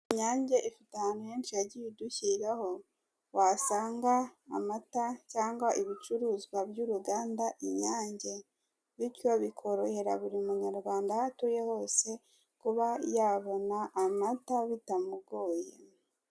Inyange ifite ahantu henshi yagiye idushyiraho, wasanga amata cyangwa ibicuruzwa by'uruganda Inyange, bityo bikorohera buri munyarwanda aho atuye hose kuba yabona amata bitamugoye.